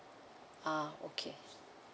ah okay